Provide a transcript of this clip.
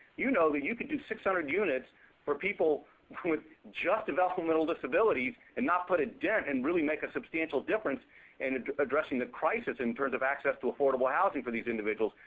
you know that you could do six hundred units for people with just developmental disabilities, and not put a dent and really make a substantial difference and in addressing the crisis, in terms of access to affordable housing for these individuals.